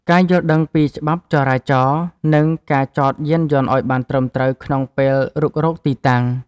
ការយល់ដឹងពីច្បាប់ចរាចរណ៍ និងការចតយានយន្តឱ្យបានត្រឹមត្រូវក្នុងពេលរុករកទីតាំង។